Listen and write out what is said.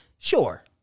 Sure